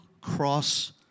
cross